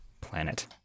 planet